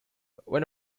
when